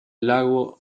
lago